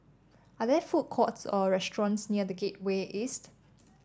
are there food courts or restaurants near The Gateway East